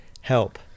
help